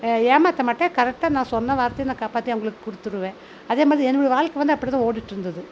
ஏமாற்ற மாட்டேன் கரெக்டாக நான் சொன்ன வார்த்தையை நான் காப்பாற்றி அவங்களுக்கு கொடுத்துடுவேன் அதே மாதிரி என்னுடைய வாழ்க்கை வந்து அப்படிதான் ஓடிகிட்டு இருந்துது